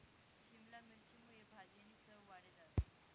शिमला मिरची मुये भाजीनी चव वाढी जास